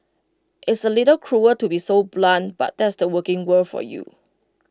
it's A little cruel to be so blunt but that's the working world for you